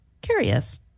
curious